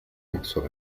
sobre